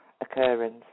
occurrence